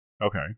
Okay